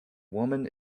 woman